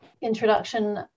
introduction